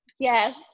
Yes